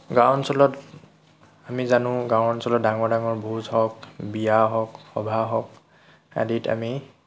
গাঁও অঞ্চলত আমি জানো গাঁও অঞ্চলত ডাঙৰ ডাঙৰ ভোজ হওক বিয়া হওক সবাহ হওক আদিত আমি